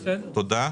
תודה.